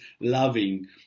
loving